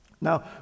Now